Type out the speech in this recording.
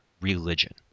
religion